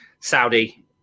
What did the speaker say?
saudi